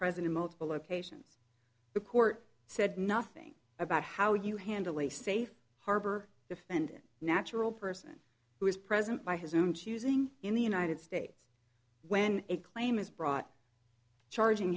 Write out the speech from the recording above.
present in multiple locations the court said nothing about how you handle a safe harbor defendant natural person who is present by his own choosing in the united states when a claim is brought charging